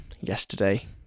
yesterday